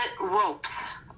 ropes